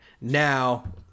Now